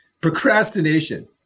Procrastination